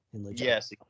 Yes